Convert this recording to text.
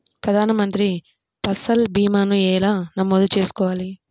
ప్రధాన మంత్రి పసల్ భీమాను ఎలా నమోదు చేసుకోవాలి?